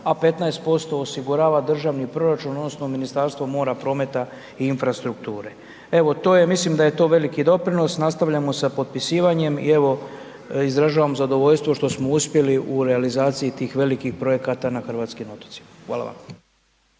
a 15% osigurava državni proračun odnosno Ministarstvo mora, prometa i infrastrukture. Evo, to je, mislim da je to veliki doprinos, nastavljamo sa potpisivanjem i evo, izražavam zadovoljstvo što smo uspjeli u realizaciji tih velikih projekata na hrvatskim otocima, hvala vam.